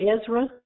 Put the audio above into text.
Ezra